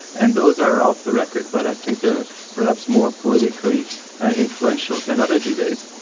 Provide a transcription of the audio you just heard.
and those are off the record but i think they're perhaps more politically influential than other debates.